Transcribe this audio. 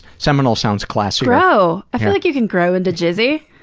seminal sounds classier. grow! i feel like you can grow into jizzy.